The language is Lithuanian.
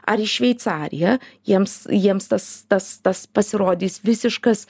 ar į šveicariją jiems jiems tas tas tas pasirodys visiškas